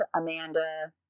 Amanda